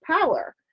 power